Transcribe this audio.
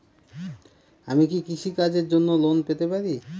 আমি কি কৃষি কাজের জন্য লোন পেতে পারি?